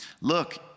look